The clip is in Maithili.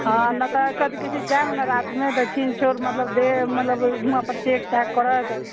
हँ ने तऽ कथी कहैत छै जायम ने रातिमे तऽ छिन चोर मतलब देह मतलब उहाँ पर चेक चाक करत